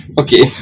okay